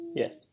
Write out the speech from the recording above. Yes